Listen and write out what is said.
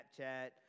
Snapchat